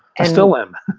i still am.